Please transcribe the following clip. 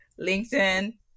LinkedIn